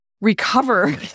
recover